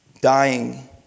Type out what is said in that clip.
dying